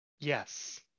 Yes